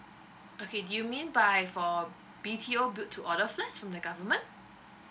okay do you mean by for B_T_O build to order flats from the government